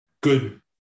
good